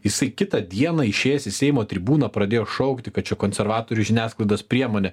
jisai kitą dieną išėjęs į seimo tribūną pradėjo šaukti kad čia konservatorių žiniasklaidos priemonė